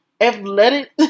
athletic